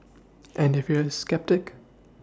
and if you're a sceptic